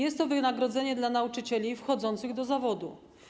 Chodzi o wynagrodzenie dla nauczycieli wchodzących do zawodu.